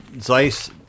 Zeiss